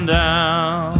down